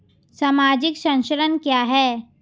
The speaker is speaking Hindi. सामाजिक संरक्षण क्या है?